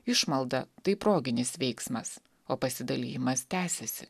išmalda tai proginis veiksmas o pasidalijimas tęsiasi